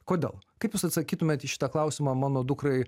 kodėl kaip jūs atsakytumėt į šitą klausimą mano dukrai